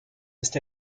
ist